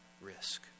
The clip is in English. risk